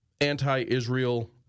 anti-Israel